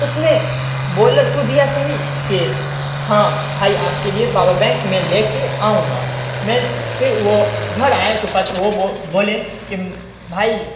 اس نے بولا تو دیا صحیح کہ ہاں بھائی آپ کے لیے پاور بینک میں لے کے آؤں گا میں نے پھر وہ گھر آیا تو وہ بولے کہ بھائی